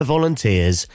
volunteers